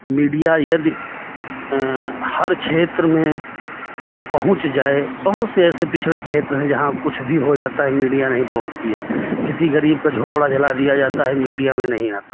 media यदि हर क्षेत्र में पहुँच जाए बहुत से जैसे पिछड़े क्षेत्र हैं जहाँ कुछ भी हो जाता है मीडिया नहीं पहुँचती है किसी गरीब का झोंपड़ा जला दिया जाता है मीडिया में नहीं आता है